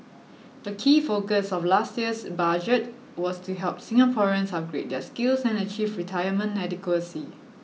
a key focus of last year's budget was to help Singaporeans upgrade their skills and achieve retirement adequacy